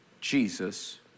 Jesus